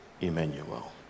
Emmanuel